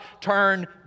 turn